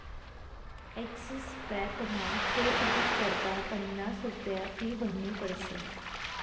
Axis बॅकमा chequebook करता पन्नास रुप्या फी भरनी पडस